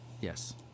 yes